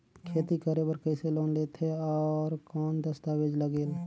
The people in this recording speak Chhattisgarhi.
खेती करे बर कइसे लोन लेथे और कौन दस्तावेज लगेल?